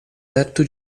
perto